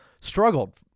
struggled